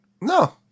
No